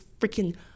freaking